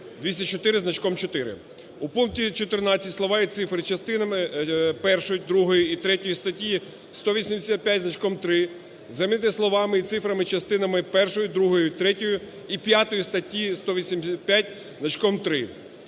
204 зі значком 4)". У пункті 14 слова и цифри "частинами першою, другою і третьою статті 185 зі значком 3" замінити словами і цифрами "частинами першою і другою, і третьою, і п'ятою статті 185 зі значком 3".